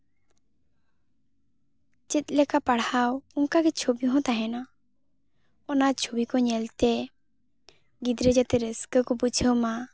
ᱪᱮᱫᱞᱮᱠᱟ ᱯᱟᱲᱦᱟᱣ ᱚᱱᱠᱟᱜᱮ ᱪᱷᱚᱵᱤ ᱦᱚᱸ ᱛᱟᱦᱮᱱᱟ ᱚᱱᱟ ᱪᱷᱚᱵᱤ ᱠᱚ ᱧᱮᱞᱛᱮ ᱜᱤᱫᱽᱨᱟᱹ ᱡᱟᱛᱮ ᱨᱟᱹᱥᱠᱟᱹ ᱠᱚ ᱵᱩᱡᱷᱟᱹᱣ ᱢᱟ